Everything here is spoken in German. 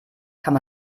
kann